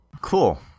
Cool